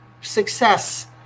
success